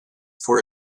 for